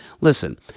listen